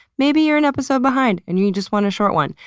maybe you're an episode behind and you just want a short one.